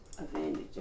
advantage